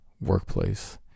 workplace